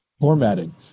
formatting